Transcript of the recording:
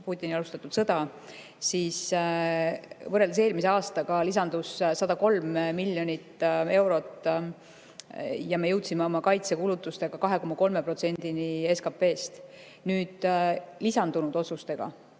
Putini alustatud sõda, siis võrreldes eelmise aastaga lisandus 103 miljonit eurot ja me jõudsime oma kaitsekulutustega 2,3%-ni SKT-st. Nüüd lisandunud otsustega,